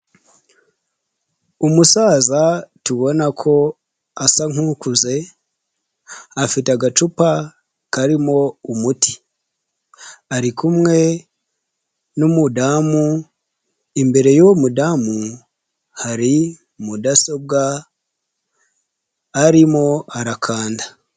Umusaza tubona ko asa nk'ukuze afite agacupa karimo umuti, ari kumwe n'umudamu, imbere y'uwo mudamu hari mudasobwa arimo arakanda.